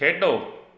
ਖੇਡੋ